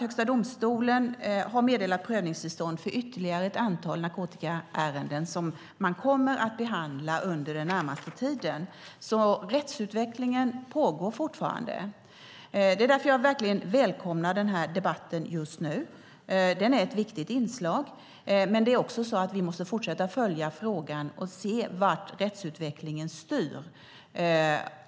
Högsta domstolen har meddelat prövningstillstånd för ytterligare ett antal narkotikaärenden som man kommer att behandla under den närmaste tiden, så rättsutvecklingen pågår fortfarande. Det är därför som jag verkligen välkomnar den här debatten just nu. Den är ett viktigt inslag, men vi måste fortsätta följa frågan och se vart rättsutvecklingen styr.